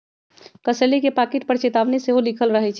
कसेली के पाकिट पर चेतावनी सेहो लिखल रहइ छै